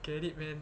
get it man